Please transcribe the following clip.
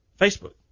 Facebook